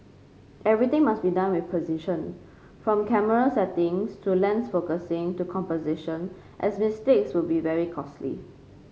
everything must be done with precision from camera settings to lens focusing to composition as mistakes will be very costly